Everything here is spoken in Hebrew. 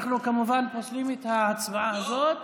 אנחנו כמובן פוסלים את ההצבעה הזאת.